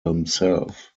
himself